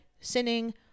sinning